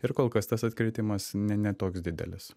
ir kol kas tas atkritimas ne ne toks didelis